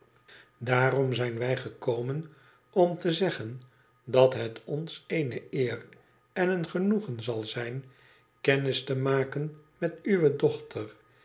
daarom zijn wij gekomen om te zeggen dat het ons eene eer en een genoegen zal zijn kennis te maken met uwe dochter